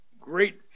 great